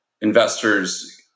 investors